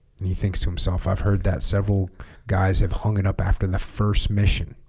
and he thinks to himself i've heard that several guys have hung it up after the first mission